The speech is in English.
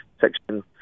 Section